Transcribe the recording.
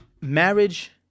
Marriage